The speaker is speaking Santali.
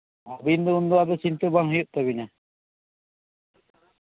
ᱟᱹᱵᱤᱱ ᱫᱚ ᱩᱱᱫᱚ ᱪᱤᱱᱛᱟᱹ ᱵᱟᱝ ᱦᱩᱭᱩᱜ ᱛᱟᱹᱵᱤᱱᱟ